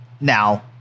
Now